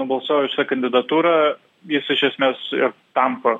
nubalsuoja už šią kandidatūrą jis iš esmės ir tampa